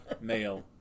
male